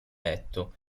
letto